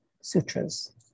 Sutras